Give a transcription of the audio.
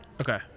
Okay